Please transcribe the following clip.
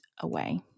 away